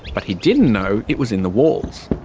but he didn't know it was in the walls.